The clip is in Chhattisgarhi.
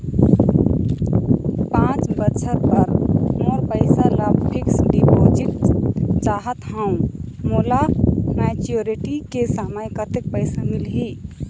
पांच बछर बर मोर पैसा ला फिक्स डिपोजिट चाहत हंव, मोला मैच्योरिटी के समय कतेक पैसा मिल ही?